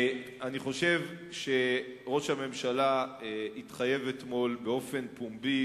אני חושב שראש הממשלה התחייב אתמול באופן פומבי,